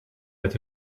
met